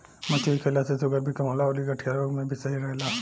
मछरी खईला से शुगर भी कम होला अउरी गठिया रोग में भी सही रहेला